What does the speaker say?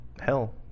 hell